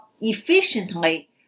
efficiently